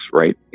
right